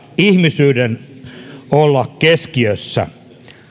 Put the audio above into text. ihmisyyden olla vastaisuudessa keskiössä